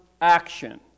action